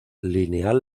lineal